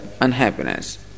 unhappiness